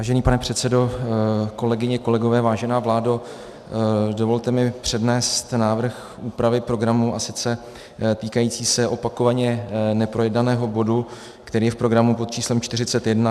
Vážený pane předsedo, kolegyně, kolegové, vážená vládo, dovolte mi přednést návrh úpravy programu týkající se opakovaně neprojednaného bodu, který je v programu pod číslem 41.